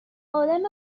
آدم